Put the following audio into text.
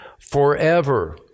forever